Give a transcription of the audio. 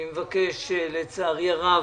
לצערי הרב,